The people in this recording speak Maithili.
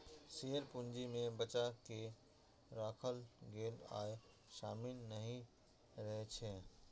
शेयर पूंजी मे बचा कें राखल गेल आय शामिल नहि रहै छै